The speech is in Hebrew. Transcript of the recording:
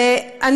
יחסית.